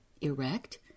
erect